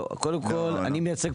קודם כל,